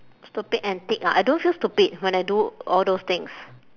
stupid antic ah I don't feel stupid when I do all those things